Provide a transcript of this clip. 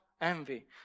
envy